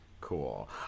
Cool